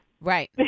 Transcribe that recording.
right